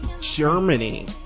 germany